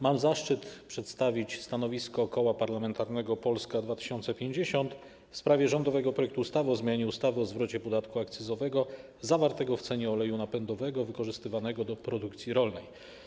Mam zaszczyt przedstawić stanowisko Koła Parlamentarnego Polska 2050 w sprawie rządowego projektu ustawy o zmianie ustawy o zwrocie podatku akcyzowego zawartego w cenie oleju napędowego wykorzystywanego do produkcji rolnej.